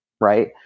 right